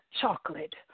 chocolate